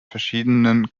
verschiedenen